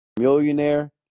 millionaire